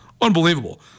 unbelievable